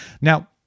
Now